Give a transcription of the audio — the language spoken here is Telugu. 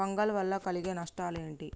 ఫంగల్ వల్ల కలిగే నష్టలేంటి?